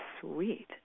sweet